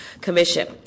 Commission